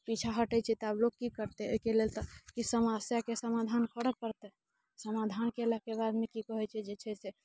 पीछा हटैत छै तऽ आब लोक की करतै ओहिके लेल तऽ समस्याके समाधान करऽ पड़तै समाधान कयलाके बादमे की कहैत छै जे छै से